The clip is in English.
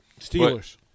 Steelers